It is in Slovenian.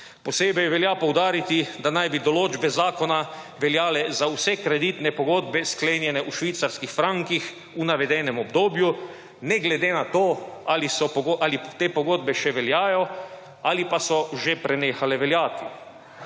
Posebej velja poudariti, da naj bi določbe zakona veljale za vse kreditne pogodbe, sklenjene v švicarskih frankih v navedenem obdobju, ne glede na to, ali te pogodbe še veljajo ali pa so že prenehale veljati.